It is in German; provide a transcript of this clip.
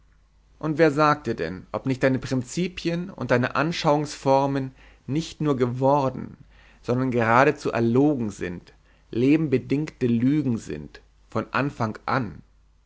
und wer sagt dir denn ob nicht deine prinzipien und deine anschauungsformen nicht nur geworden sondern geradezu erlogen sind lebenbedingte lüge sind von anfang an